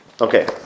Okay